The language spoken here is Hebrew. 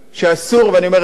ואני אומר את זה כשר בממשלה,